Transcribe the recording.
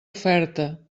oferta